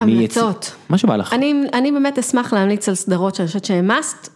המלצות, מה שבא לך, אני באמת אשמח להמליץ על סדרות של רשת שהם מסט.